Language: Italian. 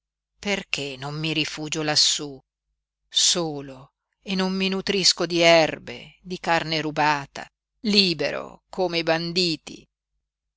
perché non mi rifugio lassú solo e non mi nutrisco di erbe di carne rubata libero come i banditi